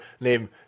named